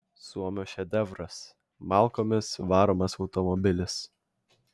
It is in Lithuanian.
suomio šedevras malkomis varomas automobilis